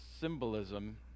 symbolism